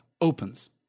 opens